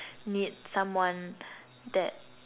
need someone that